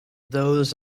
those